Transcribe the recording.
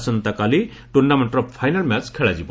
ଆସନ୍ତାକାଲି ଟୁର୍ଣ୍ଣାମେଷ୍ଟ୍ର final match ଖେଳାଯିବ